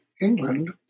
England